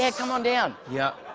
yeah come on down. yeah,